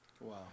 Wow